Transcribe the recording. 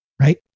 right